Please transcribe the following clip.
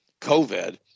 COVID